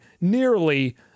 nearly